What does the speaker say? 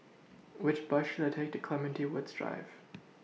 Which Bus should I Take to Clementi Woods Drive